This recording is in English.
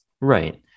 Right